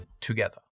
together